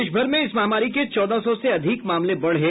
देश भर में इस महामारी के चौदह सौ से अधिक मामले बढ़े